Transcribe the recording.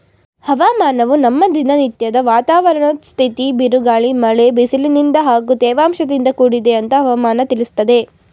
ಹವಾಮಾನವು ನಮ್ಮ ದಿನನತ್ಯದ ವಾತಾವರಣದ್ ಸ್ಥಿತಿ ಬಿರುಗಾಳಿ ಮಳೆ ಬಿಸಿಲಿನಿಂದ ಹಾಗೂ ತೇವಾಂಶದಿಂದ ಕೂಡಿದೆ ಅಂತ ಹವಾಮನ ತಿಳಿಸ್ತದೆ